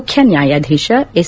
ಮುಖ್ಯ ನ್ನಾಯಾಧೀಶ ಎಸ್